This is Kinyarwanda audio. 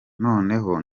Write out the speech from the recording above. noneho